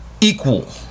equal